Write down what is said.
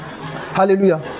Hallelujah